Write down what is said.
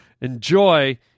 Enjoy